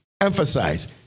emphasize